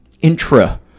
intra